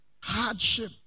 Hardship